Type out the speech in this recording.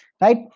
right